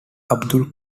abdullah